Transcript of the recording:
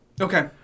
Okay